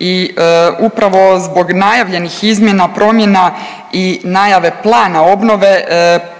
I upravo zbog najavljenih izmjena, promjena i najave plana obnove